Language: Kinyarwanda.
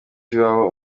z’iwabo